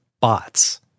bots